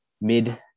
mid